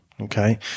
Okay